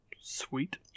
Sweet